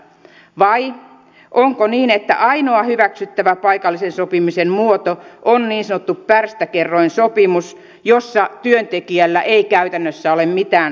vai onko niin että ainoa hyväksyttävä paikallisen sopimisen muoto on niin sanottu pärstäkerroinsopimus jossa työntekijällä ei käytännössä ole mitään sananvaltaa